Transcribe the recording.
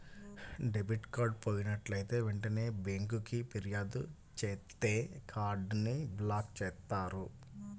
debit card పోయినట్లైతే వెంటనే బ్యేంకుకి ఫిర్యాదు చేత్తే కార్డ్ ని బ్లాక్ చేత్తారు